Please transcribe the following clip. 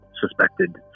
suspected